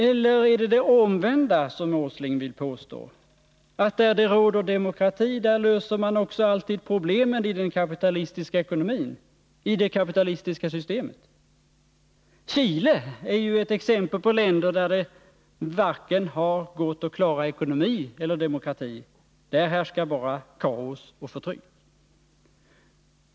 Eller är det det omvända som Nils Åsling vill påstå — att där det råder demokrati, där löser man också alltid problemen i den kapitalistiska ekonomin, i det kapitalistiska systemet? Chile är ett exempel på ett land där det inte har gått att klara vare sig ekonomi eller demokrati, och där härskar bara kaos och förtryck.